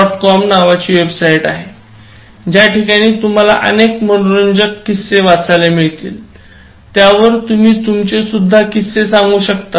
com नावाची website आहे ज्याठिकाणी तुम्हाला अनेक मनोरंजक किस्से वाचायला मिळतील त्यावर तुम्ही तुमचे सुद्धा किस्से सांगू शकता